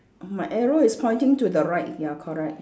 my arrow is pointing to the right ya correct